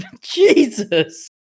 Jesus